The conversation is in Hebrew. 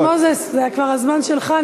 חבר הכנסת מוזס, זה כבר הזמן שלך.